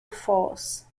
force